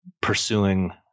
pursuing